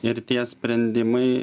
ir tie sprendimai